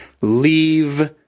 leave